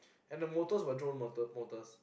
and the motors were drone motors motors